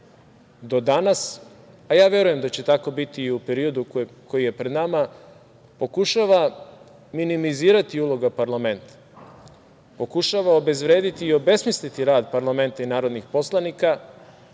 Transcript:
do danas, a ja verujem da će tako biti i u periodu koji je pred nama, pokušava minimizirati uloga parlamenta, pokušava obezvrediti i obesmisliti rad parlamenta i narodnih poslanika